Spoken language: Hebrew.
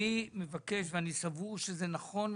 אני מבקש, ואני סבור שזה נכון מבחינתנו,